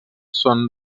són